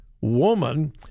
woman